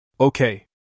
Okay